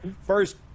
First